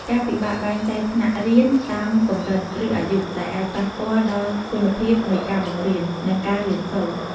ការពិបាកបែងចែកថ្នាក់រៀនតាមកម្រិត ឬអាយុ ដែលអាចប៉ះពាល់ដល់គុណភាពនៃការបង្រៀន និងការរៀនសូត្រ។